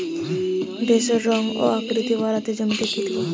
ঢেঁড়সের রং ও আকৃতিতে বাড়াতে জমিতে কি দেবো?